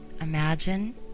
imagine